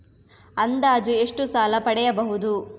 ಅಂದಾಜು ಎಷ್ಟು ಸಾಲ ಪಡೆಯಬಹುದು?